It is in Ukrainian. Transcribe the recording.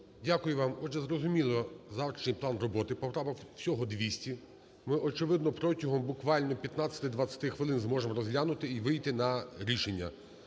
Дякую вам. Отже, зрозуміло завтрашній план роботи, поправок всього 200. Ми, очевидно, протягом, буквально 15-20 хвилин зможемо розглянути і вийти на рішення.